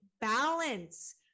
balance